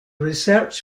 research